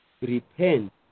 repent